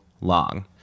long